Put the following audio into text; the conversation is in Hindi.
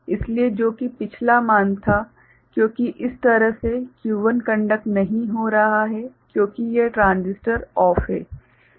इसलिए जो कि पिछला मामला था क्योंकि इस तरह से Q1 कंडक्ट नहीं हो रहा है क्योंकि यह ट्रांजिस्टर बंद है